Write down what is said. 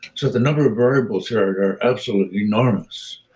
so the number of variables here are absolutely enormous